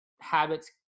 habits